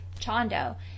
Chondo